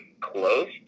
close